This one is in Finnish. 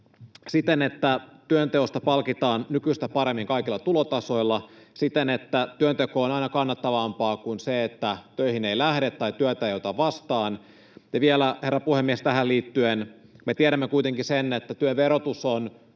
siten, että työnteosta palkitaan nykyistä paremmin kaikilla tulotasoilla, siten, että työnteko on aina kannattavampaa kuin se, että töihin ei lähde tai työtä ei ota vastaan. Ja vielä, herra puhemies, tähän liittyen me tiedämme kuitenkin sen, että työ on